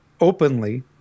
openly